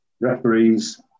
referees